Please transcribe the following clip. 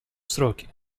сроки